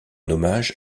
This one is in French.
hommage